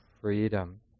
freedom